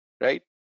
right